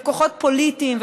וכוחות פוליטיים,